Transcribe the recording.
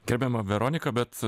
gerbiama veronika bet